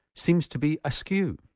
seems to be askew.